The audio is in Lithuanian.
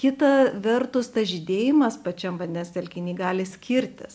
kita vertus tas žydėjimas pačiam vandens telkiny gali skirtis